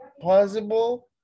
possible